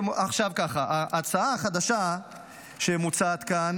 עכשיו ככה: ההצעה החדשה שמוצעת כאן